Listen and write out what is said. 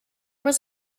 was